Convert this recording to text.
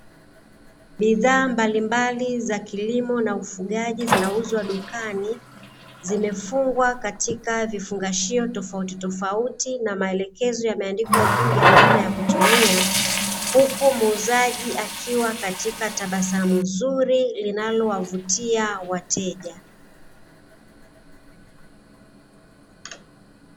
Bidhaa mbalimbali za kilimo na ufugaji zinauzwa dukani, zimefungwa katika vifungashio tofautitofauti na maelekezo yameandikwa juu ya namna ya kutumia, huku muuzaji akiwa katika tabasamu zuri linalowavutia wateja.